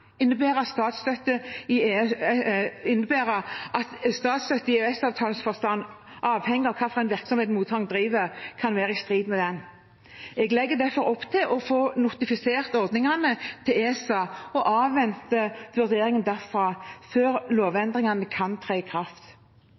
at statsstøtte i EØS-avtalens forstand, avhengig av hva for en virksomhet mottakeren driver, kan være i strid med den. Jeg legger derfor opp til å få notifisert ordningene til ESA og avventer vurderingene derfra før lovendringene kan tre i kraft.